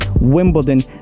Wimbledon